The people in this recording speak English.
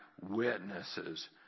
witnesses